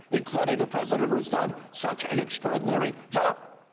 including a president who has done such an extraordinary job.